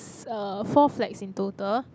~s uh four flags in total